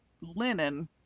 linen